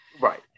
right